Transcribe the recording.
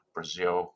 Brazil